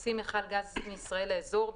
הוציא מכל גז מישראל לאזור,